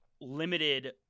limited